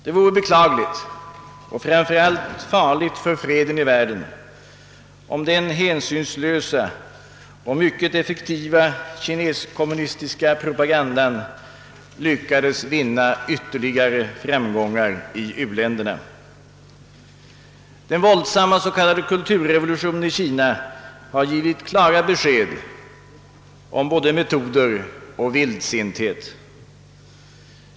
Det vore beklagligt och framför allt farligt för freden i världen, om den hänsynslösa och mycket effektiva kineskommunistiska propagandan lyckades vinna ytterligare framgångar i u-länderna. Den våldsamma s.k. kulturrevolutionen i Kina har givit klara besked om både metoder och vildsinthet.